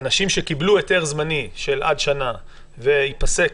אנשים שקיבלו היתר זמני של עד שנה וייפסק